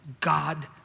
God